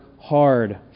Hard